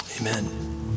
amen